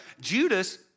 Judas